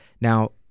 Now